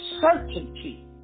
certainty